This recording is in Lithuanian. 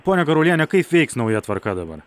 ponia garuliene kaip veiks nauja tvarka dabar